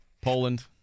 Poland